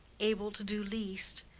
able to do least,